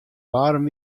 waarm